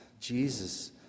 Jesus